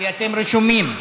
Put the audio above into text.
כי אתם רשומים.